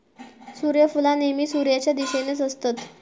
सुर्यफुला नेहमी सुर्याच्या दिशेनेच असतत